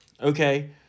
Okay